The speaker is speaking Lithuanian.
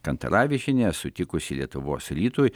kantaravičienė sutikusi lietuvos rytui